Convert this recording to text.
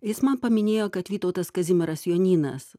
jis man paminėjo kad vytautas kazimieras jonynas